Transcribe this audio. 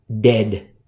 dead